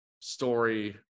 story